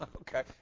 Okay